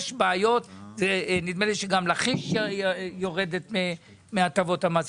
יש בעיות, ונדמה לי שגם לכיש יורדת מהטבות המס.